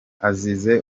asize